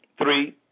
Three